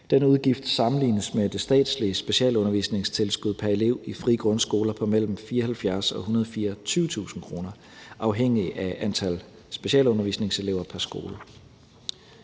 Den udgift sammenlignes med det statslige specialundervisningstilskud per elev i frie grundskoler på mellem 74.000 kr. og 124.000 kr. afhængig af antal specialundervisningselever pr. skole.